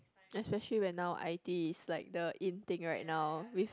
especially when now i_t is like the in thing right now with